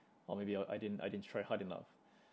or maybe I I didn't I didn't try hard enough